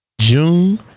June